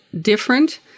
different